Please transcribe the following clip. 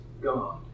God